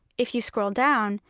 if you scroll down,